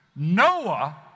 Noah